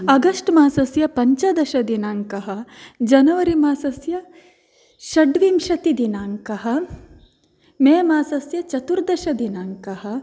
August मासस्य पञ्चदशदिनाङ्कः जनवरी मासस्य षड्विंशतिदिनाङ्कः मे मासस्य चतुर्दशदिनाङ्कः